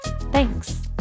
Thanks